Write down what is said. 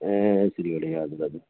ए सिलगढी हजुर हजुर